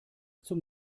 zum